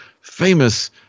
famous